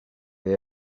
they